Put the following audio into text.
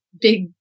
big